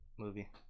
Movie